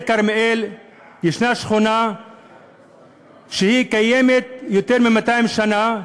יש שכונה שקיימת יותר מ-200 שנה,